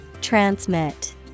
Transmit